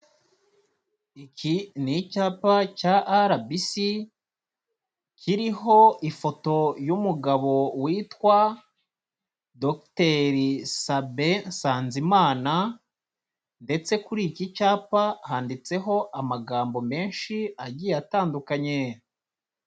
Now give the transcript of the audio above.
Iki ni icyapa cya RBC, kiriho ifoto y'umugabo witwa Dr Sabin Nsanzimana ndetse kuri iki cyapa handitseho amagambo menshi agiye atandukanye.